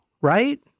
right